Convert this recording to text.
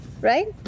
Right